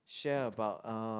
share about uh